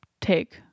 take